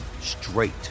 straight